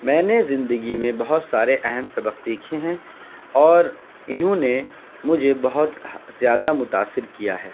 میں نے زندگی میں بہت سارے اہم سبق سیکھے ہیں اور انہوں نے مجھے بہت زیادہ متأثر کیا ہے